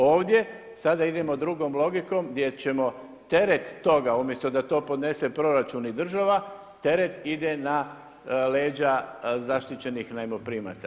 Ovdje sada idemo drugom logikom, gdje ćemo teret toga, umjesto da to podnese proračun i država, teret ide na leđa zaštićenih najmoprimaca.